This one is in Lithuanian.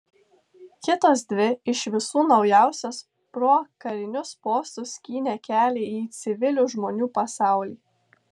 kitos dvi iš visų naujausios pro karinius postus skynė kelią į civilių žmonių pasaulį